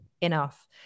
enough